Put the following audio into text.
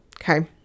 Okay